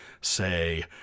say